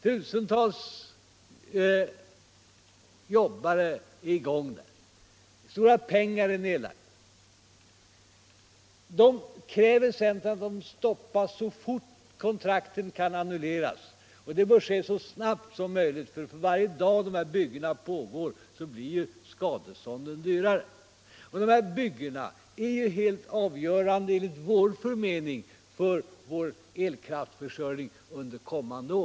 Tusentals jobbare är i sysselsättning, och stora pengar är nedlagda. Denna utbyggnad kräver centern skall stoppas så fort kontrakten kan annulleras. Det bör enligt centern ske så snabbt som möjligt, därför att för varje dag som dessa byggen pågår blir skadestånden högre. Men dessa byggen är enligt vårt förmenande helt avgörande för vår elkraftsförsörjning under kommande år.